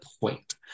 point